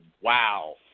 wow